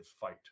fight